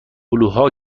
هلوها